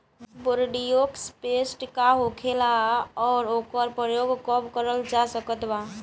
Bordeaux paste का होखेला और ओकर प्रयोग कब करल जा सकत बा?